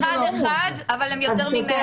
מגיעים אחד אחד, אבל הם יותר מ-100?